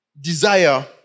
Desire